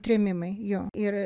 trėmimai jo ir